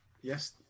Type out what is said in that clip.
yes